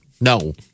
No